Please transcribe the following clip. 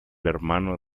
hermano